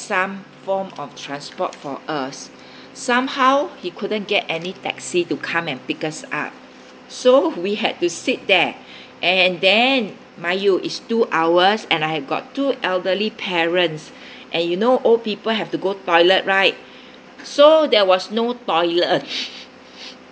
some form of transport for us somehow he couldn't get any taxi to come and pick us up so we had to sit there and then mayu is two hours and I've got two elderly parents and you know old people have to go toilet right so there was no toilet